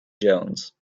jones